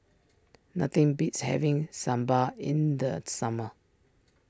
nothing beats having Sambar in the summer